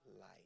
light